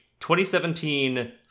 2017